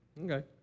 Okay